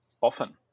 often